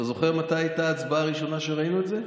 אתה זוכר מתי הייתה ההצבעה הראשונה שראינו את זה?